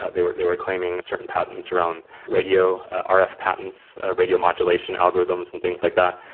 they were they were claiming certain patents around radio, ah rf patents, radio modulation algorithms and things like that.